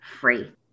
free